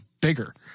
bigger